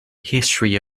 history